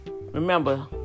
Remember